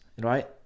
right